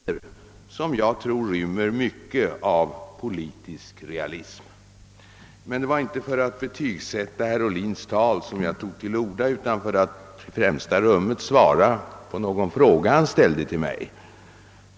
Herr talman! Sista delen av herr Ohlins anförande var både intressant och balanserad. Den saknade ändå inte, det vill jag säga till herr Ohlin och andra, tankeeggande framtidsvisioner som jag tror rymmer mycket av politisk realism. Men det var inte för att betygsätta herr Ohlins tal som jag tog till orda utan för att svara på en fråga som han ställde till mig.